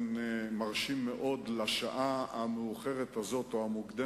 נפתח את זה לשאלות ותשובות.